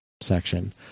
section